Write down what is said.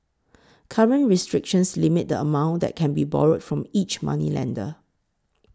current restrictions limit the amount that can be borrowed from each moneylender